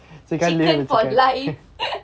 so you can learn for life